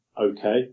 okay